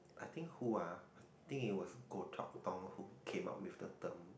I think who ah I think it was Goh-Chok-Tong who came up with the term